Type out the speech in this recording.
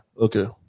Okay